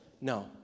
No